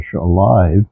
alive